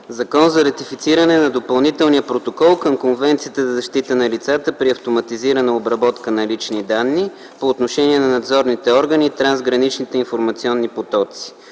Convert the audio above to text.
за ратифициране на Допълнителния протокол към Конвенцията за защита на лицата при автоматизирана обработка на лични данни, по отношение на надзорните органи и трансграничните информационни потоци,